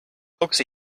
coax